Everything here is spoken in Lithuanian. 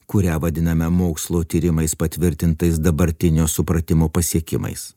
kurią vadiname mokslo tyrimais patvirtintais dabartinio supratimo pasiekimais